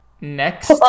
Next